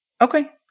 Okay